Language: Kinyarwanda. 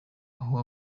aho